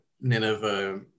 Nineveh